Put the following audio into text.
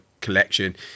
collection